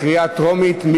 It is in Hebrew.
בקריאה טרומית.